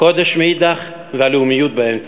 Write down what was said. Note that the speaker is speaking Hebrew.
הקודש מאידך והלאומיות באמצע.